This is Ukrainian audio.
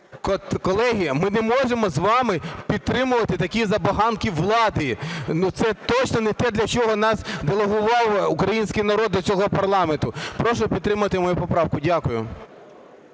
Колеги, ми не можемо з вами підтримувати такі забаганки влади. Це точно не те, для чого нас делегував український народ до цього парламенту. Прошу підтримати мою поправку. Дякую.